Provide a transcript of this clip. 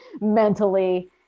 mentally